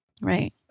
Right